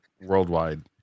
worldwide